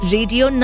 Radio